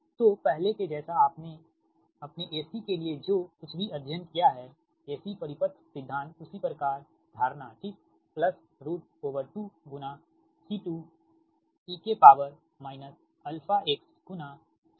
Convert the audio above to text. तो पहले के जैसा आपने अपने AC के लिए जो कुछ भी अध्ययन किया है AC परिपथ सिद्धांत उसी प्रकार धारणा ठीक प्लस 2 गुणा C2e αxejωt βx का वास्तविक भाग ठीक